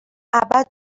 ابد